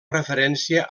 referència